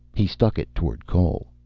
he stuck it toward cole.